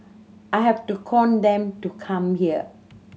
I have to con them to come here